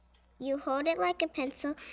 you hold it like a pencil,